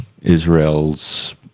Israel's